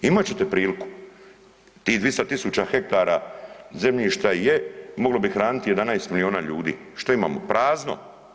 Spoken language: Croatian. Imat ćete priliku tih 200.000 hektara zemljišta je moglo bi hraniti 11 miliona ljudi, šta imamo, prazno.